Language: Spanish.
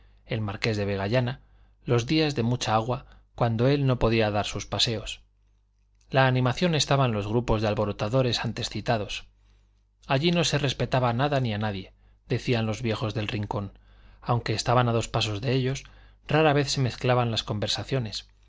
el marqués de vegallana los días de mucha agua cuando él no podía dar sus paseos la animación estaba en los grupos de alborotadores antes citados allí no se respetaba nada ni a nadie decían los viejos del rincón aunque estaban a dos pasos de ellos rara vez se mezclaban las conversaciones